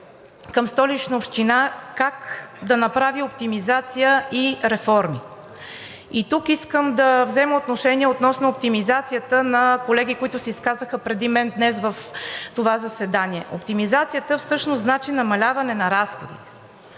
към Столична община как да направи оптимизация и реформи. И тук искам да взема отношение относно оптимизацията – към колеги, които се изказаха преди мен днес в това заседание. Оптимизацията всъщност значи намаляване на разходите.